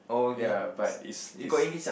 ya but it's it's